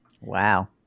Wow